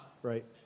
Right